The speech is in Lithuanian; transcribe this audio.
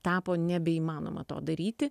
tapo nebeįmanoma to daryti